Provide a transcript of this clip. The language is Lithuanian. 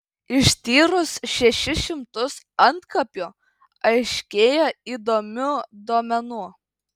ištyrus šešis šimtus antkapių aiškėja įdomių duomenų